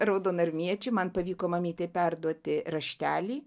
raudonarmiečiu man pavyko mamytei perduoti raštelį